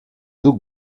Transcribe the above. doug